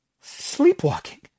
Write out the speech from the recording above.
Sleepwalking